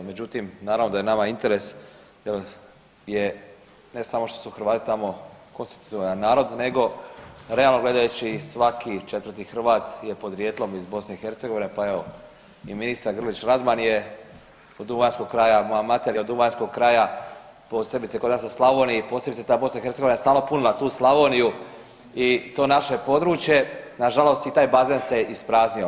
Međutim, naravno da je nama interes jel ne samo što su Hrvati tamo konstitutivni narod nego realno gledajući svaki četvrti Hrvat je podrijetlom iz BiH, pa evo i ministar Grlić Radman je od duvanjskog kraja, moja mater je od duvanjskog kraja, posebice kod nas u Slavoniji posebice ta BiH je stalno punila tu Slavoniju i to naše područje nažalost i taj bazen se ispraznio.